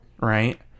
right